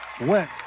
went